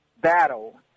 battle